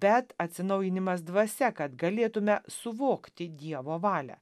bet atsinaujinimas dvasia kad galėtume suvokti dievo valią